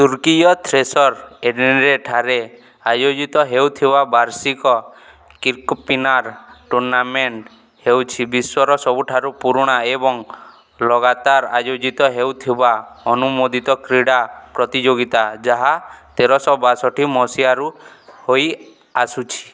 ତୁର୍କୀୟ ଥ୍ରେସ୍ର୍ ଏଡ଼ିର୍ନେଠାରେ ଆୟୋଜିତ ହେଉଥିବା ବାର୍ଷିକ କିର୍କପିନାର୍ ଟୁର୍ଣ୍ଣାମେଣ୍ଟ୍ ହେଉଛି ବିଶ୍ୱର ସବୁଠାରୁ ପୁରୁଣା ଏବଂ ଲଗାତାର ଆୟୋଜିତ ହେଉଥିବା ଅନୁମୋଦିତ କ୍ରୀଡ଼ା ପ୍ରତିଯୋଗିତା ଯାହା ତେରଶହ ବାଷଠି ମସିହାରୁ ହେଇଆସୁଛି